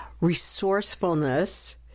resourcefulness